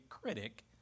critic